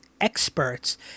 experts